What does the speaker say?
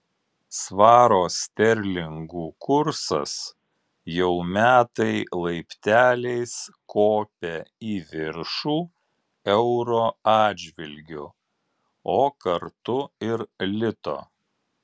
svaro sterlingų kursas jau metai laipteliais kopia į viršų euro atžvilgiu o kartu ir lito